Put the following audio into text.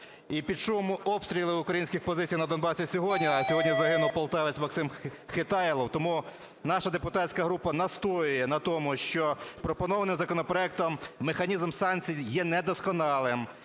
І під шум обстрілів українських позицій на Донбасі сьогодні, а сьогодні загинув полтавець Максим Хитайлов. Тому наша депутатська група настоює на тому, що пропонований законопроектом механізм санкцій є недосконалим